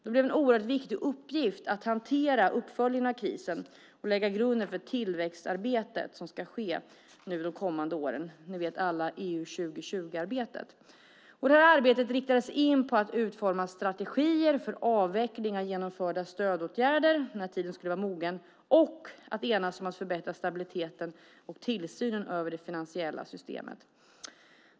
Det blev en mycket viktig uppgift att hantera uppföljningen av krisen och lägga grunden för tillväxtarbetet de kommande åren - ni vet alla EU 2020-arbetet. Det här arbetet riktades in på att utforma strategier för avveckling av genomförda stödåtgärder när tiden skulle vara mogen och att enas om att förbättra stabiliteten i och tillsynen över det finansiella systemet.